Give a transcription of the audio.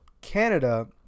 Canada